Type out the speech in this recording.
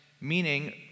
meaning